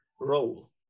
role